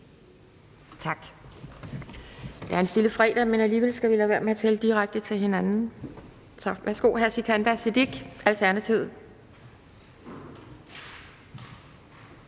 Tak. Det er en stille fredag, men alligevel skal vi lade være med at tiltale hinanden direkte. Værsgo, hr. Sikandar Siddique, Alternativet.